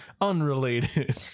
unrelated